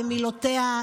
במילותיה,